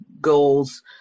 goals